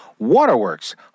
Waterworks